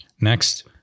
Next